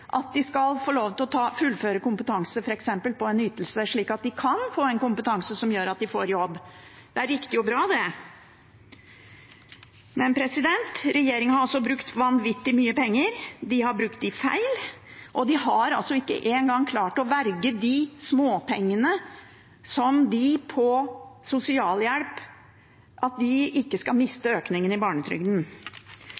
at de f.eks. skal få fullføre kompetanse på en ytelse, slik at de kan få en kompetanse som gjør at de får jobb. Det er riktig og bra, det. Regjeringen har altså brukt vanvittig mye penger. De har brukt dem feil, og de har ikke engang klart å verge småpengene slik at de på sosialhjelp ikke mister barnetrygden. Jeg hører også at